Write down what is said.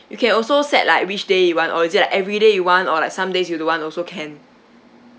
you can also set like which day you want or is it like every day you want or like some days you don't want also can